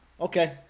Okay